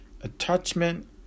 Attachment